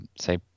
say